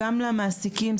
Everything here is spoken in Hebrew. גם למעסיקים.